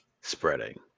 spreading